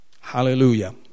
Hallelujah